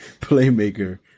playmaker